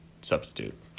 substitute